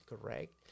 correct